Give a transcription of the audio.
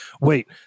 wait